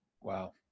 Wow